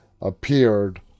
appeared